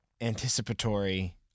anticipatory –